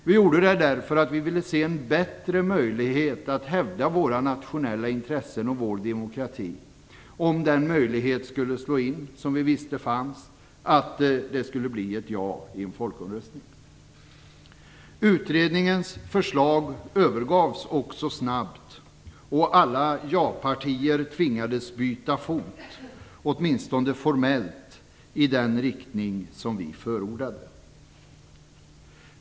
Vi gjorde det därför att vi ville se en bättre möjlighet att hävda våra nationella intressen och vår demokrati, om den möjlighet skulle slå in som vi visste fanns att det skulle bli ett ja i folkomröstningen. Utredningens förslag övergavs också snabbt, och alla ja-partier tvingades byta fot, åtminstone formellt, och närma sig vår ståndpunkt.